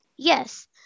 Yes